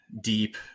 deep